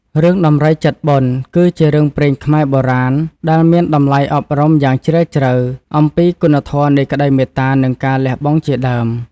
រឿងដំរីចិត្តបុណ្យ គឺជារឿងព្រេងខ្មែរបុរាណ ដែលមានតម្លៃអប់រំយ៉ាងជ្រាលជ្រៅ អំពីគុណធម៌នៃក្ដីមេត្តា និងការលះបង់ជាដើម។